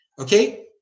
Okay